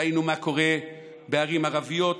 ראינו מה קורה בערים ערביות.